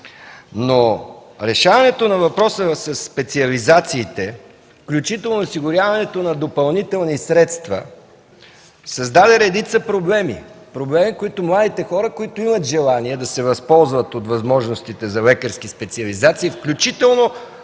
Решаването на въпроса със специализациите, включително осигуряването на допълнителни средства, създаде редица проблеми. Проблемите объркват младите хора, които имат желание да се възползват от възможностите за лекарски специализации, включително